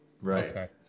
Right